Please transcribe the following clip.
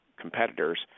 competitors